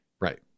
Right